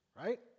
Right